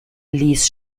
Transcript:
ließ